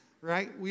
right